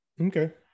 Okay